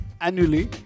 annually